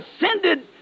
ascended